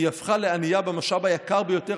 היא הפכה לענייה במשאב היקר ביותר,